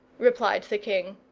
replied the king.